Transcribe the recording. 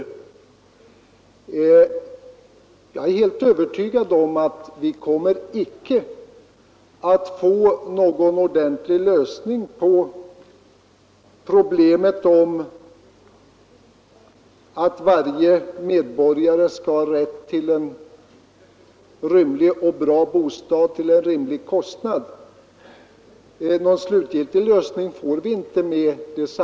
Jag är helt övertygad om att vi med det samhällssystem vi har inte kommer att få någon slutgiltig lösning på problemet att skaffa varje medborgare en rymlig och bra bostad till en rimlig kostnad.